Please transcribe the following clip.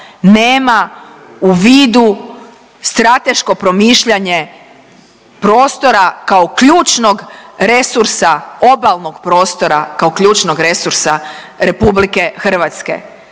nema u vidu strateško promišljanje prostora kao ključnog resursa obalnog prostora kao ključnog resursa RH.